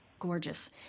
Gorgeous